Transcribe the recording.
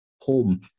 home